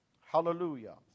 Hallelujah